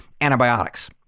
antibiotics